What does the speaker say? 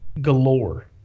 galore